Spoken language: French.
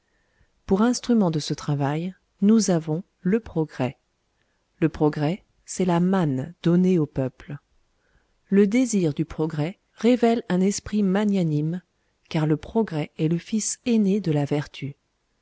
pour instrument de ce travail nous avons le progrès le progrès c'est la manne donnée aux peuples le désir du progrès révèle un esprit magnanime car le progrès est le fils aîné de la vertu